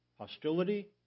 hostility